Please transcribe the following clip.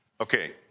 Okay